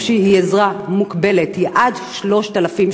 היא עזרה מוגבלת: היא עד 3,000 שקלים.